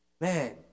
man